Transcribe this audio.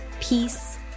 peace